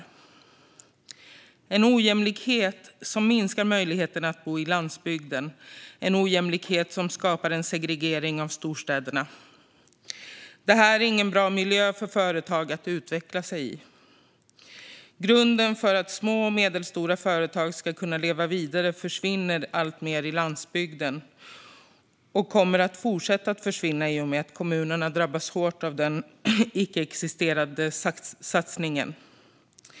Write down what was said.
Det är en ojämlikhet som minskar möjligheterna att bo på landsbygden och en ojämlikhet som skapar segregering i storstäderna. Detta är ingen bra miljö för företag att utveckla sig i. Grunden för att små och medelstora företag ska kunna leva vidare försvinner allt mer i landsbygden och kommer att fortsätta att försvinna i och med att kommunerna drabbas hårt av den icke existerande satsningen.